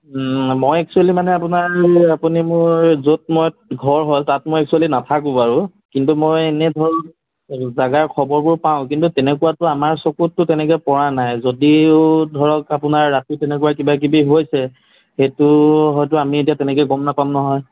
মই একচুৱেলি মানে আপোনাৰ আপুনি মোৰ য'ত মই ঘৰ হয় তাত মই একচুৱেলি নাথাকোঁ বাৰু কিন্তু মই এনেই ধৰক জাগাৰ খবৰবোৰ পাওঁ কিন্তু তেনেকুৱাটো আমাৰ চকুতটো তেনেকৈ পৰা নাই যদিও ধৰক আপোনাৰ ৰাতি তেনেকুৱা কিবাকিবি হৈছে সেইটো হয়তো আমি এতিয়া তেনেকৈ গম নাপাম নহয়